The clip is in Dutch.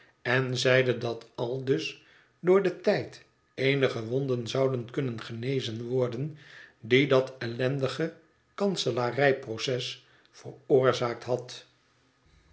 en zeide dat aldus door den tijd eenige wonden zouden kunnen genezen worden die dat ellendige kanselarijproces veroorzaakt had